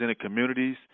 communities